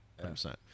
100%